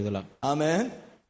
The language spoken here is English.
amen